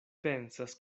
pensas